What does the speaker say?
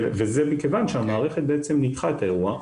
וזה מכיוון שהמערכת ניתחה את האירוע,